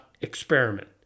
experiment